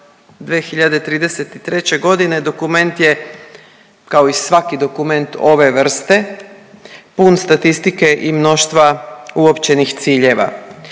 2033.g. dokument je kao i svaki dokument ove vrste pun statistike i mnoštva uopćenih ciljeva.